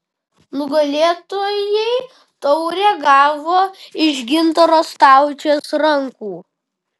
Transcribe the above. nugalėtojai taurę gavo iš gintaro staučės rankų